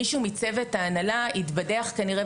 מישהו מצוות ההנהלה התבדח כנראה,